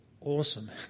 awesome